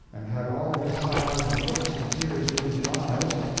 and had all his sighs and looks and tears been lives,